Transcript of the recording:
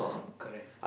correct